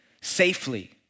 safely